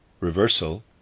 Reversal